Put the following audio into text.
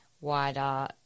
wider